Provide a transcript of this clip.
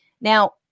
Now